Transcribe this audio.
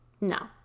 No